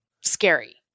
scary